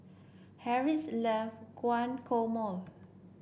Harriet's love Guacamole